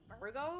Virgo